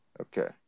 Okay